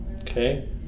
Okay